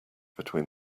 between